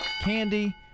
Candy